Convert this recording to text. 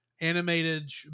animated